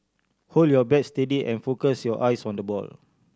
hold your bat steady and focus your eyes on the ball